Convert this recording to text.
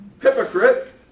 Hypocrite